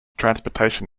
transportation